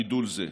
גידול זה.